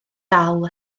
dal